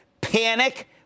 Panic